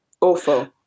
Awful